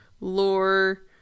lore